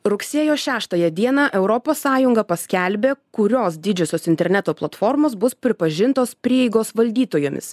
rugsėjo šeštąją dieną europos sąjunga paskelbė kurios didžiosios interneto platformos bus pripažintos prieigos valdytojomis